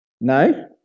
No